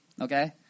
okay